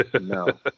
No